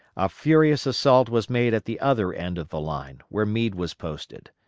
a furious assault was made at the other end of the line, where meade was posted.